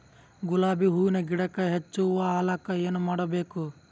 ಗುಲಾಬಿ ಹೂವಿನ ಗಿಡಕ್ಕ ಹೆಚ್ಚ ಹೂವಾ ಆಲಕ ಏನ ಮಾಡಬೇಕು?